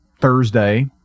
Thursday